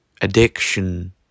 addiction